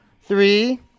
Three